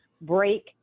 break